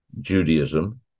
Judaism